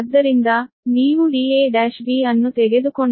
ಆದ್ದರಿಂದ ನೀವು da1b ಅನ್ನು ತೆಗೆದುಕೊಂಡರೆ dab1 10